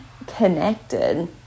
connected